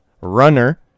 Runner